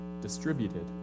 distributed